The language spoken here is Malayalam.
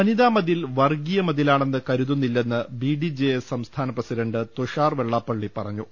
വനിതാമതിൽ വർഗ്ഗീയ മതിലാണെന്ന് കരുതുന്നില്ലെന്ന് ബിഡിജെഎസ് സംസ്ഥാന പ്രസിഡന്റ് തുഷാർ വെള്ളാപ്പള്ളി പറഞ്ഞു